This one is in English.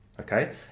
Okay